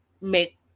make